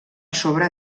sobre